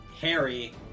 Harry